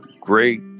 great